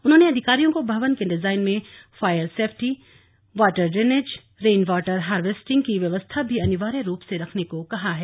उन्होने अधिकारियों को भवन के डिजाइन में fire safety water drainage rainwater harvesting की व्यवस्था भी अनिवार्य रूप से रखने को कहा है